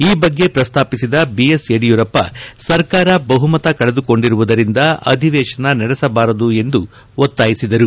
ಈ ಬಗ್ಗೆ ಪ್ರಸ್ತಾಪಿಸಿದ ಬಿ ಎಸ್ ಯಡಿಯೂರಪ್ಪ ಸರ್ಕಾರ ಬಹುಮತ ಕಳೆದುಕೊಂಡಿರುವುದರಿಂದ ಅಧಿವೇತನ ನಡೆಸಬಾರದು ಎಂದು ಒತ್ತಾಯಿಸಿದರು